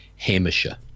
Hamisha